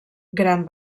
gran